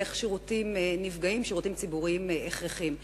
ואיך נפגעים שירותים ציבוריים הכרחיים.